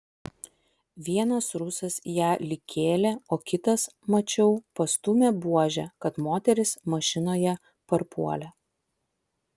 vienas rusas ją lyg kėlė o kitas mačiau pastūmė buože kad moteris mašinoje parpuolė